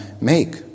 make